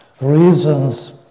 reasons